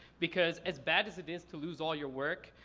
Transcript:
because as bad as it is to lose all your work,